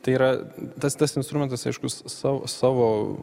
tai yra tas tas instrumentas aiškus sa savo